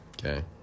Okay